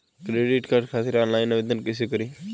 Credit card खातिर online आवेदन कइसे करि?